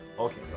okay augh.